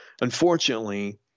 Unfortunately